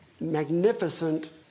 magnificent